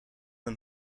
een